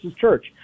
church